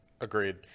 Agreed